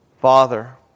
Father